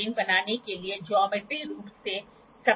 तो हमने यहां एक संयोजन दिखाया है ठीक है